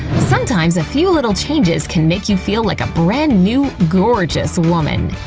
sometimes a few little changes can make you feel like a brand new, gorgeous woman!